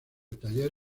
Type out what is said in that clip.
taller